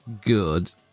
Good